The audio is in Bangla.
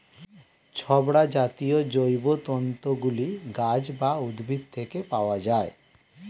ছোবড়া জাতীয় জৈবতন্তু গুলি গাছ বা উদ্ভিদ থেকে পাওয়া যায়